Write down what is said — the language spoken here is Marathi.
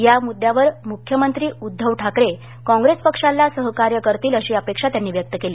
या मुद्द्यावर मुख्यमंत्री उद्धव ठाकरे काँप्रेस पक्षाला सहकार्य करतील अशी अपेक्षा त्यांनी व्यक्त केली